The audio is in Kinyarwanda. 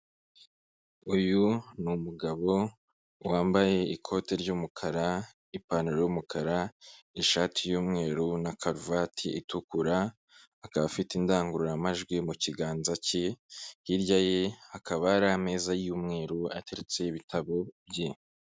Uyu numugabo wambaye ikoti ry'umukara ipantaro y'umukara, ishati y'umweru na karuvati itukura, akaba afite indangururamajwi mu kiganza cye, hirya ye hakaba hari ameza y'umweru ateretse ibitabo bye.